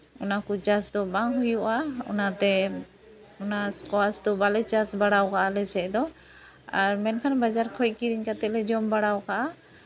ᱚᱱᱟ ᱠᱚ ᱪᱟᱥ ᱫᱚ ᱵᱟᱝ ᱦᱩᱭᱩᱜᱼᱟ ᱚᱱᱟᱛᱮ ᱚᱱᱟ ᱥᱠᱚᱣᱟᱥ ᱫᱚ ᱵᱟᱞᱮ ᱪᱟᱥ ᱵᱟᱲᱟ ᱠᱟᱜᱼᱟ ᱟᱞᱮ ᱥᱮᱫ ᱫᱚ ᱟᱨ ᱢᱮᱱᱠᱷᱟᱱ ᱵᱟᱡᱟᱨ ᱠᱷᱚᱡ ᱠᱤᱨᱤᱧ ᱠᱟᱛᱮᱫ ᱞᱮ ᱡᱚᱢ ᱵᱟᱲᱟ ᱠᱟᱜᱼᱟ